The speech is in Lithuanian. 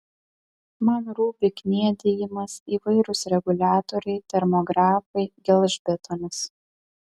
man rūpi kniedijimas įvairūs reguliatoriai termografai gelžbetonis